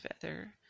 feather